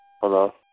Hello